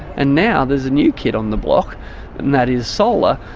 and now there's a new kid on the block and that is solar,